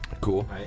Cool